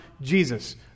Jesus